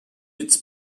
its